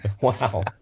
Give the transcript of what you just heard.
Wow